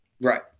Right